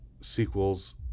sequels